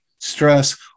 stress